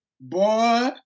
Boy